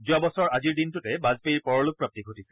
যোৱা বছৰ আজিৰ দিনটোতে বাজপেয়ীৰ পৰলোকপ্ৰাপ্তি ঘটিছিল